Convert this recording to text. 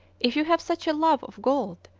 if you have such a love of gold,